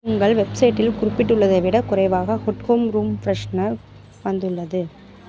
உங்கள் வெப்சைட்டில் குறிப்பிட்டுள்ளதை விடக் குறைவாக குட் ஹோம் ரூம் ஃப்ரெஷ்னர் வந்துள்ளது